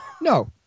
No